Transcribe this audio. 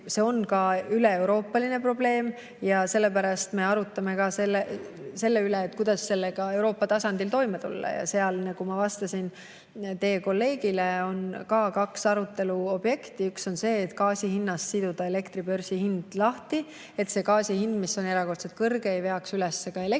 See on ka üleeuroopaline probleem ja sellepärast me arutame, kuidas sellega Euroopa tasandil toime tulla. Ja seal, nagu ma vastasin teie kolleegile, on ka kaks aruteluobjekti. Üks on see, et gaasi hinnast siduda elektri börsihind lahti, et see gaasi hind, mis on erakordselt kõrge, ei veaks üles ka elektri